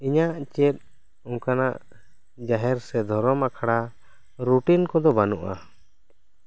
ᱤᱧᱟᱹᱜ ᱪᱮᱫ ᱚᱱᱠᱟᱱᱟᱜ ᱡᱟᱦᱮᱨ ᱥᱮ ᱫᱷᱚᱨᱚᱢ ᱟᱠᱷᱲᱟ ᱨᱩᱴᱤᱱ ᱠᱚ ᱫᱚ ᱵᱟᱹᱱᱩᱜᱼᱟ